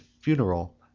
funeral